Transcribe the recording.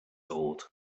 old